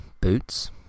boots